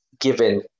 given